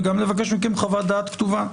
וגם לבקש מכם חוות דעת כתובה.